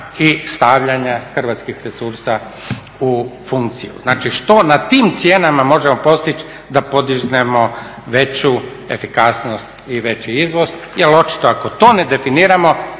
i stavljanja hrvatskih resursa u funkciju. Dakle, što na tim cijenama možemo postići da … veću efikasnost i veći izvoz jer očito ako to ne definiramo,